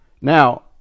Now